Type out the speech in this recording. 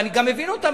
ואני גם מבין אותם.